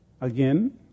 Again